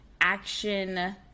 action